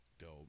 dope